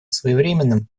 своевременным